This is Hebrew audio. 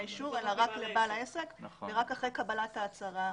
האישור אלא רק לבעל העסק ורק אחרי קבלת ההצהרה.